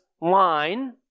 line